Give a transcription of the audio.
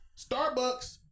Starbucks